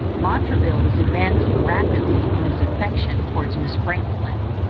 montraville was advancing rapidly in his affection towards miss franklin.